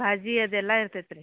ಭಾಜಿ ಅದೆಲ್ಲ ಇರ್ತೈತೆ ರೀ